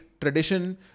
tradition